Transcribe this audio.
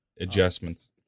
adjustments